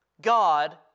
God